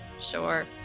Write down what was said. sure